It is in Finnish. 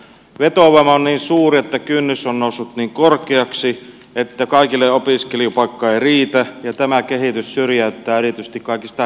vetovoima on niin suuri että kynnys on noussut niin korkeaksi että kaikille opiskelijapaikkaa ei riitä ja tämä kehitys syrjäyttää erityisesti kaikista heikoimmat oppilaat